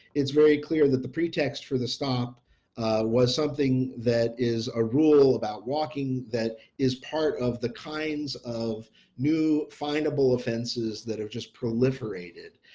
it's very clear that the pretext for the stop was something that is a rule about walking, that is part of the kinds of new financial offenses that have just proliferated,